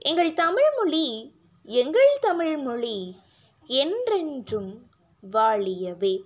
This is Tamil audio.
எங்கள் தமிழ்மொழி எங்கள் தமிழ்மொழி என்றென்றும் வாழியவே